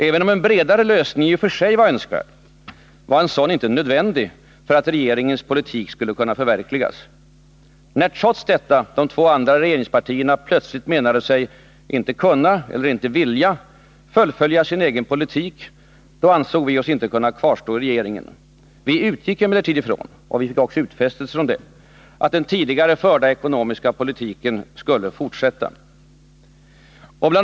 Även om en bredare lösning i och för sig var önskvärd, var en sådan inte nödvändig för att regeringens politik skulle kunna förverkligas. När trots detta de två andra regeringspartierna plötsligt menade sig inte kunna eller inte vilja fullfölja sin egen politik, ansåg vi oss inte kunna kvarstå i regeringen. Vi utgick emellertid ifrån — och fick också utfästelser därom — att den tidigare förda ekonomiska politiken skulle fortsätta. Bl.